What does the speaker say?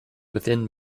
within